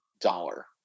dollar